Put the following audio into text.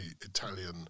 Italian